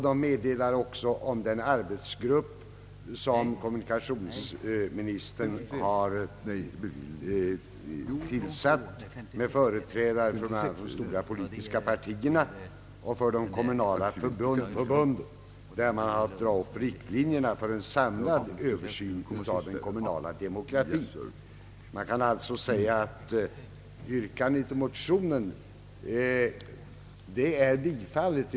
Där talas också om den arbetsgrupp som kommunikationsministern nu har tillsatt med företrädare för de stora politiska partierna och för de kommunala förbunden. Arbetsgruppen har till uppgift att dra upp riktlinjerna för en samlad översyn av den kommunala demokratin. Man kan alltså säga att motionsyrkandet har bifallits.